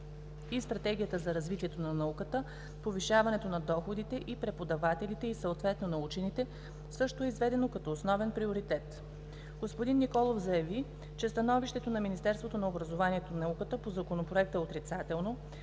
и Стратегията за развитие на науката, повишаването на доходите на преподавателите и съответно на учените, също е изведено като основен приоритет. Господин Николов заяви, че становището на Министерството на образованието и науката по Законопроекта е отрицателно,